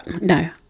No